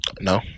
No